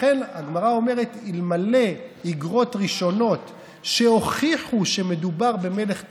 ולכן הגמרא אומרת: אלמלא איגרות ראשונות שהוכיחו שמדובר במלך טיפש,